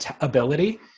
ability